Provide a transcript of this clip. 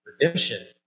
redemption